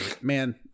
Man